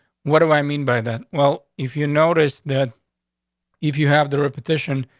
what do i mean by that? well, if you notice that if you have the repetition,